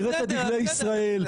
תראה את דגלי ישראל,